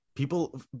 People